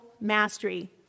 mastery